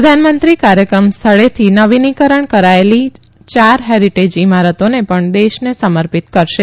પ્રધાનમંત્રી કાર્યક્રમ સ્થળેથી નવીનીકરણ કરાચેલી આ ચાર હેરીટે ઇમારતો પણ દેશને સમર્પિત કરશે